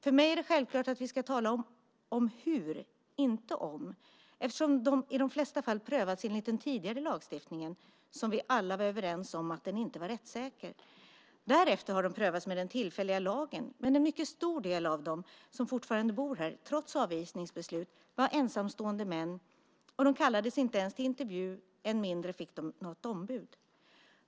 För mig är det självklart att vi ska tala om hur, inte om, eftersom de i de flesta fall prövats enligt den tidigare lagstiftningen, som vi alla var överens om inte var rättssäker. Därefter har de prövats med den tillfälliga lagen, men en mycket stor del av dem som fortfarande bor här trots avvisningsbeslut var ensamstående män. De kallades inte ens till intervju, än mindre fick de något ombud.